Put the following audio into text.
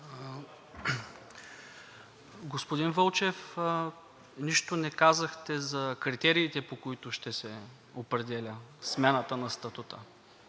Господин Вълчев, нищо не казахте за критериите, по които ще се определя смяната на статута,